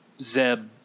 Zeb